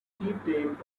chieftains